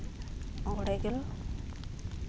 ᱢᱚᱬᱮ ᱜᱮᱞ